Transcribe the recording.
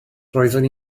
roeddwn